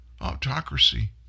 autocracy